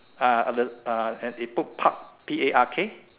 uh the uh and it put Park P A R K